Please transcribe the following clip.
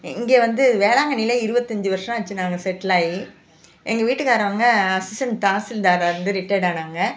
இங்கே வந்து வேளாங்கண்ணியில் இருபத்தஞ்சு வருஷம் ஆச்சு நாங்கள் செட்டுலாகி எங்க வீட்டுக்காரங்க அசிஸ்டன்ட் தாசில்தாராக இருந்து ரிட்டேர்ட் ஆனாங்க